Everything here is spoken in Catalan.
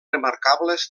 remarcables